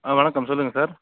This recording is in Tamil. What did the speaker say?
ஆ வணக்கம் சொல்லுங்க சார்